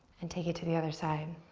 and take it to the other side.